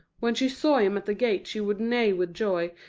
when she saw him at the gate she would neigh with joy,